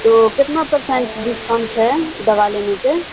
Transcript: تو کتنا percent discount ہے دوا لینے پہ